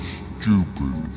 stupid